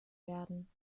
werden